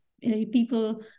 people